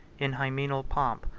in hymeneal pomp,